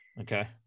okay